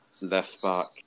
Left-back